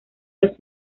los